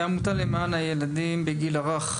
מור דקל יושבת ראש העמותה למען הילדים בגיל הרך,